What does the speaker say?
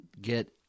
get